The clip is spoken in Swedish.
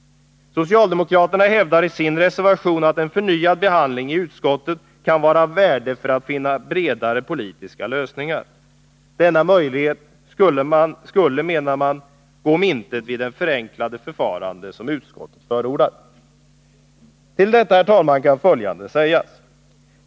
Socialdemokraterna hävdar i sin reservation att en förnyad behandling i utskottet kan vara av värde för att finna bredare politiska lösningar. Denna möjlighet skulle, menar man, gå om intet vid det förenklade förfarande som utskottet förordar. Till detta kan följande sägas.